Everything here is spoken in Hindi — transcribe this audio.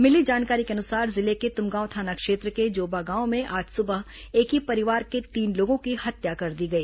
मिली जानकारी के अनुसार जिले के तुमगांव थाना क्षेत्र के जोबा गांव में आज सुबह एक ही परिवार के तीन लोगों की हत्या कर दी गई